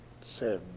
seven